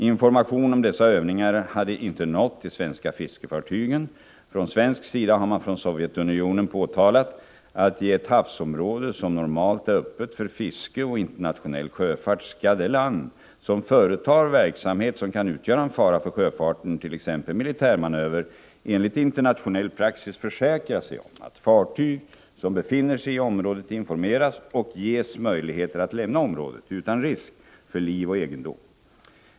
Information om dessa övningar hade inte nått de svenska fiskefartygen. Från svensk sida har man för Sovjetunionen påtalat att i ett havsområde, som normalt är öppet för fiske och internationell sjöfart, skall det land som företar verksamhet som kan utgöra en fara för sjöfarten, t.ex. militärmanöver, enligt internationell praxis försäkra sig om att fartyg som befinner sig i området informeras och ges möjlighet att lämna området utan risk för liv och egendom.